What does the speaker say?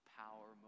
power